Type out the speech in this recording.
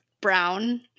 brown